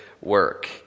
work